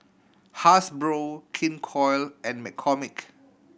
Hasbro King Koil and McCormick